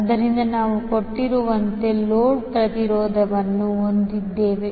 ಆದ್ದರಿಂದ ನಾವು ಕೊಟ್ಟಿರುವಂತೆ ಲೋಡ್ ಪ್ರತಿರೋಧವನ್ನು ಹೊಂದಿದ್ದೇವೆ